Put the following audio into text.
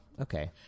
okay